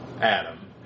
Adam